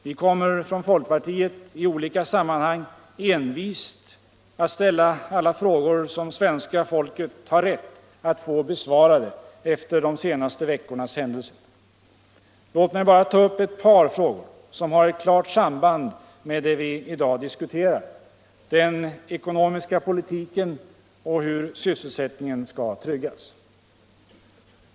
Vi kommer från folkpartiet i olika sammanhang envist att ställa alla frågor som svenska folket har rätt att få besvarade efter de senaste veckornas händelser. Låt mig bara ta upp ett par frågor som har ett klart samband med det vi i dag diskuterar, den ekonomiska politiken och hur sysselsättningen skall tryggas.